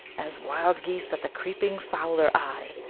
as wild geese that the creeping fowler eye,